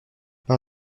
par